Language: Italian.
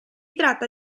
tratta